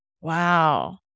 Wow